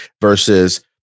versus